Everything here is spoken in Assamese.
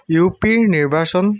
ইউ পি ৰ নিৰ্বাচন